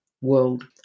world